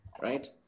right